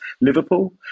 liverpool